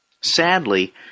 Sadly